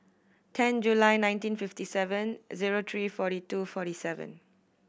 ten July nineteen fifty seven zero three forty two forty seven